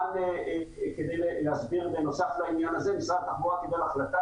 רק להסביר בנוסף לעניין הזה משרד התחבורה קיבל החלטה,